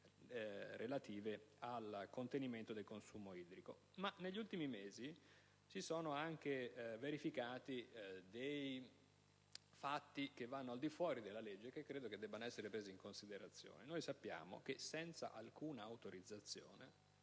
relative al contenimento del consumo idrico. Negli ultimi mesi si sono anche verificati fatti che vanno al di fuori della legge e che credo debbano essere presi in considerazione. Sappiamo che, senza alcuna autorizzazione,